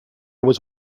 was